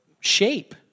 shape